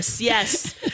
Yes